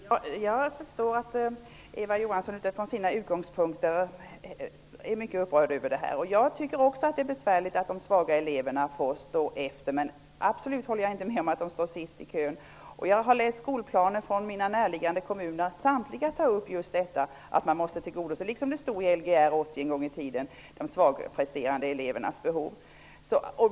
Herr talman! Jag förstår att Eva Johansson utifrån sina utgångspunkter är mycket upprörd av detta. Jag finner det också besvärligt att de svaga eleverna får stå tillbaka. Men jag håller absolut inte med om att de står sist i kön. Jag har läst skolplaner från mina närliggande kommuner. I samtliga skolplaner tas just upp att de svagpresterande elevernas behov måste tillgodoses, precis som det stod i LGR 80 en gång i tiden.